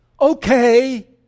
okay